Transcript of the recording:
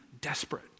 desperate